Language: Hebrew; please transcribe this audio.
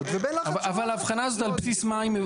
לבין לחץ --- אבל ההבחנה הזאת על בסיס מה היא?